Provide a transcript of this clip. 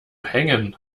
hängen